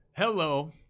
Hello